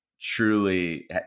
truly